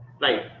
Right